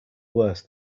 worse